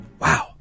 Wow